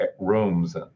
rooms